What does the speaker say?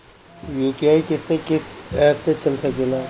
UPI किस्से कीस app से चल सकेला?